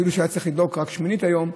אפילו שהוא היה צריך לדלוק רק שמינית היום,